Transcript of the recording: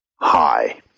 Hi